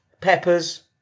peppers